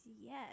yes